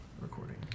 recording